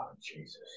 Jesus